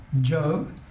Job